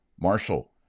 Marshall